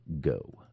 go